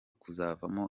kuzavamo